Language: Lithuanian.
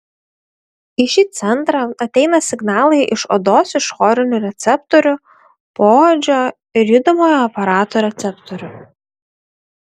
į šį centrą ateina signalai iš odos išorinių receptorių poodžio ir judamojo aparato receptorių